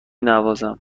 نوازم